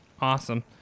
Awesome